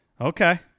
Okay